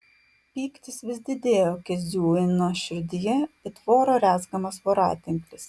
pyktis vis didėjo kezių ino širdyje it voro rezgamas voratinklis